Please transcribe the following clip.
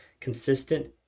consistent